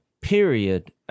period